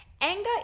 Anger